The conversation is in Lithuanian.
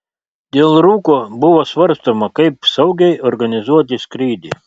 dėl rūko buvo svarstoma kaip saugiai organizuoti skrydį